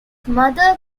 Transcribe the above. mother